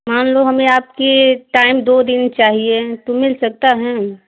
मान लो हमें आपके टाइम दो दिन चाहिए तो मिल सकता है